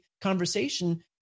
conversation